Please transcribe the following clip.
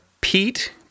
Pete